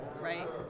Right